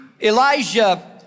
Elijah